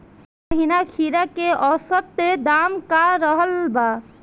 एह महीना खीरा के औसत दाम का रहल बा?